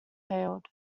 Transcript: failed